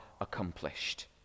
accomplished